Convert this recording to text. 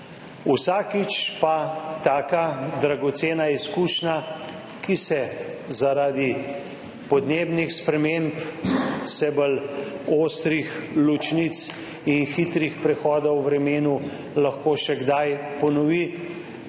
Vsakič pa nam taka dragocena izkušnja, ki se zaradi podnebnih sprememb, vse bolj ostrih ločnic in hitrih prehodov v vremenu lahko še kdaj ponovi,